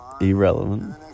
Irrelevant